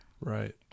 Right